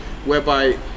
whereby